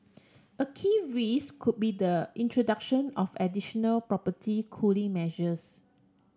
a key risk could be the introduction of additional property cooling measures